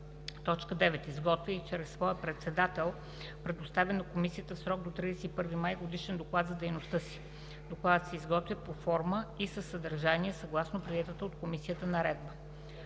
така: „9. изготвя и чрез своя председател предоставя на Комисията в срок до 31 май годишен доклад за дейността си; докладът се изготвя по форма и със съдържание съгласно приета от Комисията наредба.“